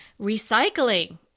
Recycling